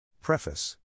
Preface